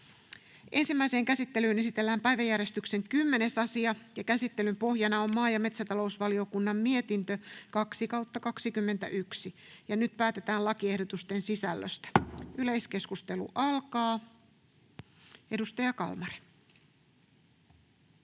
Ensimmäiseen käsittelyyn esitellään päiväjärjestyksen 10. asia. Käsittelyn pohjana on maa- ja metsätalousvaliokunnan mietintö MmVM 2/2021 vp. Nyt päätetään lakiehdotuksen sisällöstä. — Edustaja Kalmari.